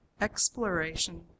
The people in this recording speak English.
exploration